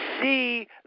see